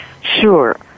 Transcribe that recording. Sure